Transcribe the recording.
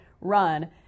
run